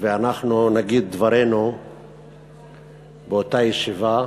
ואנחנו נגיד את דברנו באותה ישיבה.